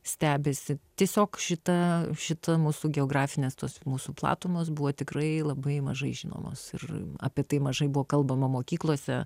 stebisi tiesiog šita šita mūsų geografinės tos mūsų platumos buvo tikrai labai mažai žinomos ir apie tai mažai buvo kalbama mokyklose